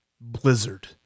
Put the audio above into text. blizzard